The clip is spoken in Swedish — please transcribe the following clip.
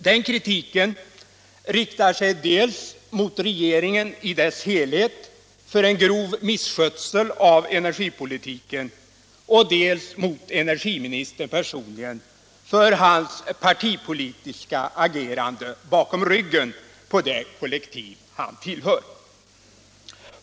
Den kritiken riktar sig dels mot regeringen i dess helhet för en grov misskötsel av energipolitiken, dels mot energiministern personligen för hans partipolitiska agerande bakom ryggen på det kollektiv han tillhör.